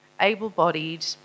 able-bodied